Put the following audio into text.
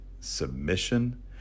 submission